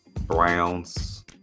Browns